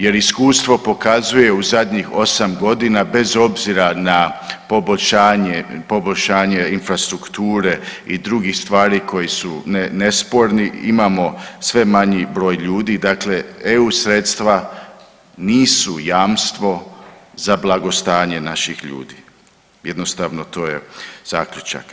Jer iskustvo pokazuje u zadnjih 8.g. bez obzira na poboljšanje, poboljšanje infrastrukture i drugih stvari koji su nesporni imamo sve manji broj ljudi, dakle eu sredstva nisu jamstvo za blagostanje naših ljudi, jednostavno to je zaključak.